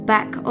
Back